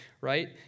right